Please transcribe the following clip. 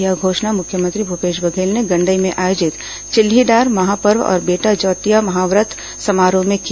यह घोषणा मुख्यमंत्री भूपेश बघेल ने गंडई में आयोजित चिल्हीडार महापर्व और बेटा जौतिया महावत समारोह में की